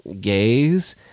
gaze